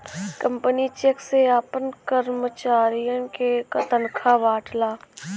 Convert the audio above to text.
company cheque से आपन करमचारियन के तनखा बांटला